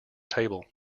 table